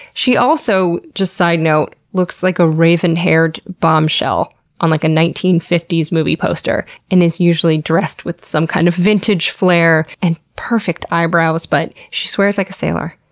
she also just side note looks like a raven-haired bombshell on like a nineteen fifty s movie poster and is usually dressed with some kind of vintage flair and perfect eyebrows. but she swears like a sailor,